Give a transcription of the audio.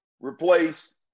replace